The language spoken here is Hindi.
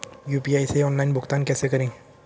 यू.पी.आई से ऑनलाइन भुगतान कैसे करें?